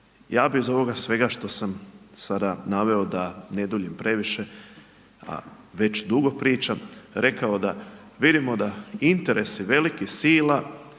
Ja bih iz ovoga svega što sam sada naveo da ne duljim previše a već dugo pričam, rekao da vidimo da interesi velikih sila,